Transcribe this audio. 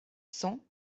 cents